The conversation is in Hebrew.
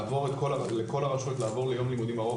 לעבור לכל הרשויות ליום לימודים ארוך,